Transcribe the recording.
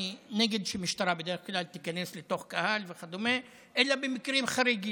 אני נגד שמשטרה תיכנס לתוך קהל וכדומה אלא במקרים חריגים.